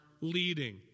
leading